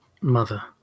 Mother